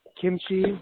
Kimchi